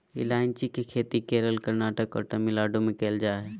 ईलायची के खेती केरल, कर्नाटक और तमिलनाडु में कैल जा हइ